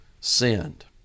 sinned